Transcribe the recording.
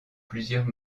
plusieurs